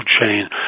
chain